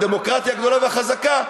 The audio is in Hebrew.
הדמוקרטיה הגדולה והחזקה,